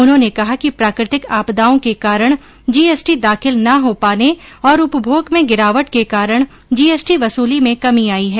उन्होंने कहा कि प्राकृतिक आपदाओं के कारण जीएसटी दाखिल न हो पाने और उपमोग में गिरावट के कारण जीएसटी वसूली में कमी आई है